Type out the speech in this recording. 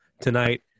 tonight